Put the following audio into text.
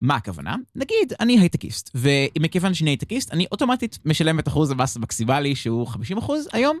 מה הכוונה? נגיד אני הייטקיסט, ומכיוון שאני הייטקיסט, אני אוטומטית משלם את אחוז המס המקסימלי שהוא 50% היום.